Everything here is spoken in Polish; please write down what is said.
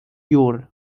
jur